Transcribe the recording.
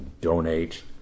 donate